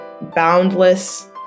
boundless